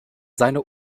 seine